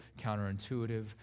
counterintuitive